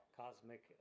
cosmic